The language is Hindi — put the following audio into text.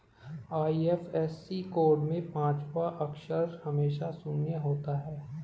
आई.एफ.एस.सी कोड में पांचवा अक्षर हमेशा शून्य होता है